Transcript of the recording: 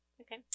Okay